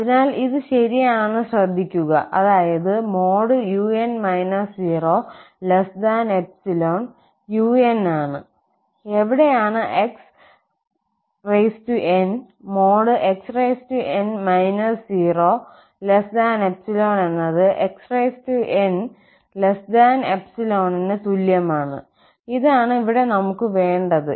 അതിനാൽ ഇത് ശരിയാണെന്ന് ശ്രദ്ധിക്കുക അതായത് |un 0|𝜖un ആണ് എവിടെയാണ് xn|xn 0|𝜖 എന്നത് xn 𝜖 ന് തുല്യമാണ് ഇതാണ് ഇവിടെ നമുക്ക് വേണ്ടത്